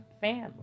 family